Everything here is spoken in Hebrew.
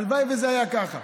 הלוואי שזה היה ככה,